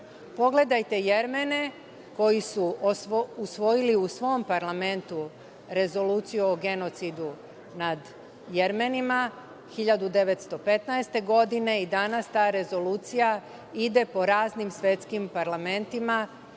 ponove. Pogledajte Jermene, koji su usvojili u svom parlamentu Rezoluciju o genocidu nad Jermenima 1915. godine i danas ta Rezolucija ide po raznim svetskim parlamentima